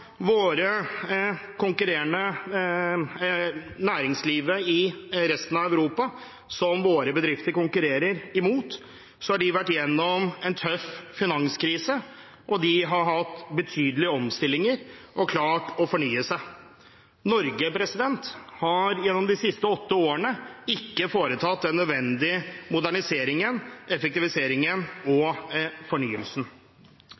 næringslivet i resten av Europa som våre bedrifter konkurrerer med, ser man at de har vært igjennom en tøff finanskrise. De har hatt betydelige omstillinger og har klart å fornye seg. Norge har gjennom de siste åtte årene ikke foretatt den nødvendige moderniseringen, effektiviseringen